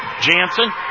Jansen